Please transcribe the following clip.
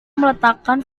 meletakkan